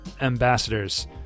ambassadors